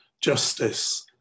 justice